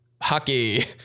hockey